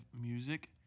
music